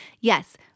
yes